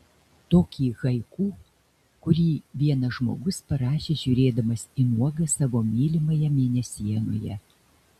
tokį haiku kurį vienas žmogus parašė žiūrėdamas į nuogą savo mylimąją mėnesienoje